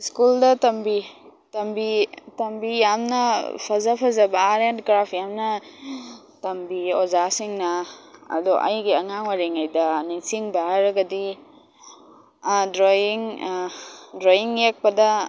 ꯁ꯭ꯀꯨꯜꯗ ꯇꯝꯕꯤ ꯇꯝꯕꯤ ꯇꯝꯕꯤ ꯌꯥꯝꯅ ꯐꯖ ꯐꯖꯕ ꯑꯦꯔꯠ ꯑꯦꯟ ꯀ꯭ꯔꯥꯐ ꯌꯥꯝꯅ ꯇꯝꯕꯤ ꯑꯣꯖꯥꯁꯤꯡꯅ ꯑꯗꯣ ꯑꯩꯒꯤ ꯑꯉꯥꯡ ꯑꯣꯏꯔꯤꯉꯩꯗ ꯅꯤꯡꯁꯤꯡꯕ ꯍꯥꯏꯔꯒꯗꯤ ꯗ꯭ꯔꯣꯌꯤꯡ ꯗ꯭ꯔꯣꯌꯤꯡ ꯌꯦꯛꯄꯗ